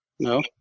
No